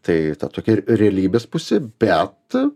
tai ta tokia realybės pusė bet